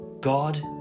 God